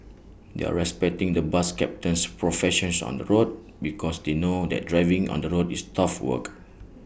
they are respecting the bus captain's profession on the road because they know that driving on the road is tough work